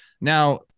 Now